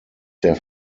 der